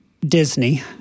Disney